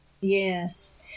yes